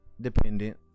dependent